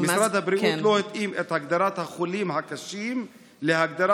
משרד הבריאות לא התאים את הגדרת החולים הקשים להגדרת